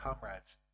comrades